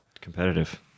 competitive